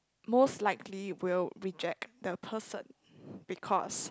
most likely will reject the person because